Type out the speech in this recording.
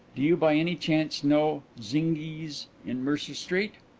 do you by any chance know zinghi's in mercer street?